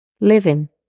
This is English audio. living